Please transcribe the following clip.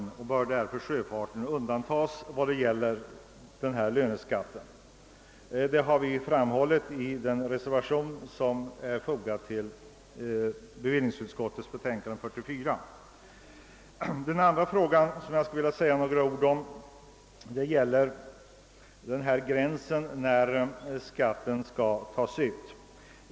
Sjöfarten bör därför undantas från löneskatten, såsom vi har framhållit i den reservation som är fogad Den andra frågan jag skulle vilja säga några ord om gäller gränsen för uttag av löneskatten.